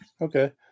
Okay